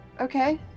Okay